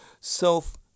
self